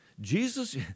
Jesus